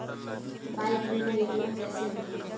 Bike बीमा योजना कैसे होई?